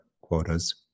quotas